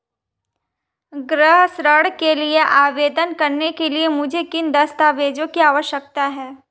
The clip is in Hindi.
गृह ऋण के लिए आवेदन करने के लिए मुझे किन दस्तावेज़ों की आवश्यकता है?